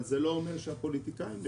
אבל זה לא אומר שהפוליטיקאים החליטו,